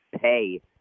pay